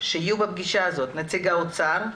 שיהיו בפגישה הזאת נציג האוצר,